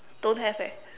don't have eh